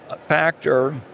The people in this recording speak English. factor